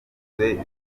iperereza